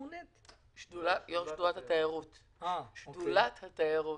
מוני מעתוק, התשבחות שאתה מקבל רבות